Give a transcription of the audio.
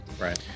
Right